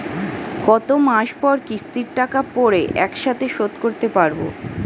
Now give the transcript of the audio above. কত মাস পর কিস্তির টাকা পড়ে একসাথে শোধ করতে পারবো?